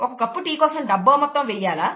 ఒక cup tea కోసం డబ్బు మొత్తం వెయ్యాలా